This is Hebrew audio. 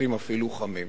יחסים אפילו חמים.